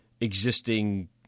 existing